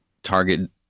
Target